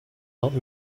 not